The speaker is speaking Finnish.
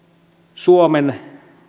suomen